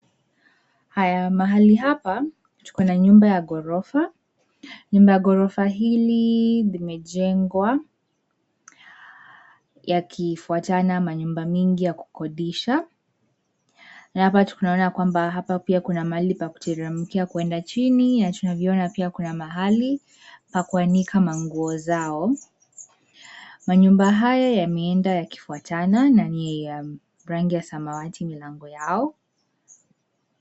Mahali hapa tuko na nyumba ya gorofa. Nyumba ya gorofa hili limejengwa yakifutana manyumba mingi ya kukodisha. Na hapa tunaona kwamba hapa kuna mahali pia kuteremkia kwenda chini na tunvyoona pia kuna mahali ya kuanika nguo zao. Manyumba haya yameenda yakifuatana nani ya rangi ya samawati milango yao.